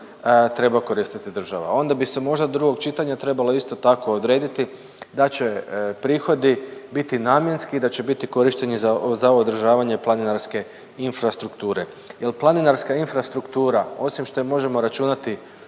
treba koristiti država. Onda bi se možda do drugog čitanja trebalo isto tako odrediti da će prihodi biti namjenski i da će biti korišteni za ovo održavanje planinarske infrastrukture. Jer planinarska infrastruktura osim što je možemo računati